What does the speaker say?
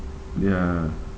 ya